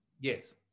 Yes